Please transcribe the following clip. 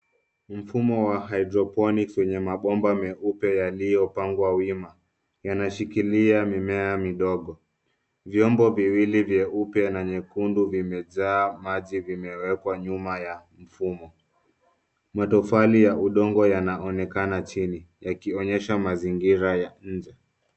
Mfumo wa hydroponics wenye mabomba meupe yaliyopangwa wima yanashikilia mimea midogo. Vyombo viwili vyeupe na nyekundu vimejaa maji vimewekwa nyuma ya mfumo. Matofali ya udongo yanaonekana chini yakionyesha mazingira ya nje.